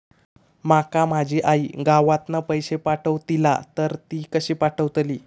माका माझी आई गावातना पैसे पाठवतीला तर ती कशी पाठवतली?